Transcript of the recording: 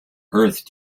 earth